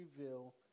reveal